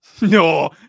No